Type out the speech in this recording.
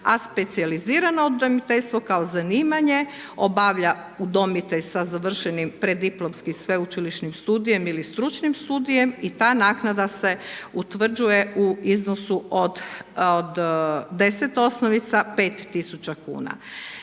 a specijalizirano udomiteljstvo kao zanimanje obavlja udomitelj sa završenim preddiplomskim sveučilišnim studijem ili stručnim studijem i ta naknada se utvrđuje u iznosu od 10 osnovica 5 tisuća kuna.